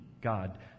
God